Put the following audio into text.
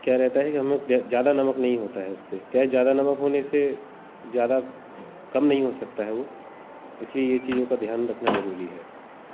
तो क्या रहता है कि ज़्यादा नमक नहीं होता है उससे ज़्यादा नमक होने से ज्यादा कम नहीं हो सकता है वह इसलिए यह चीज़ों का ध्यान रखना ज़रूरी है